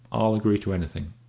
i'll agree to anything,